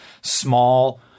small